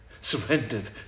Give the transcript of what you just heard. surrendered